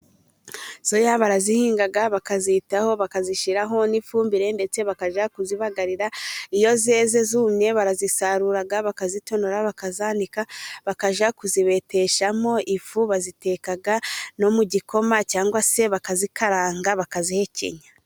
Soya barazihinga bakazitaho bakazishyiraho n'ifumbire ndetse bakajya kuzibagarira. Iyo zeze zumye barazisarura, bakazitonora, bakazanika bakajya kuzibeteshamo ifu, baziteka no mu gikoma cyangwa se bakazikaranga bakazihekenya.